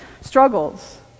struggles